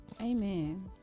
Amen